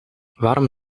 waarom